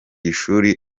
ishuri